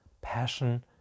passion